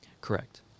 Correct